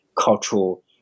cultural